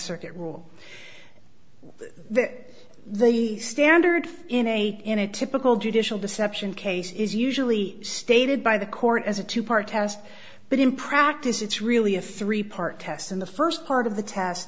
circuit rule that the standard in a in a typical judicial deception case is usually stated by the court as a two part test but in practice it's really a three part test and the first part of the t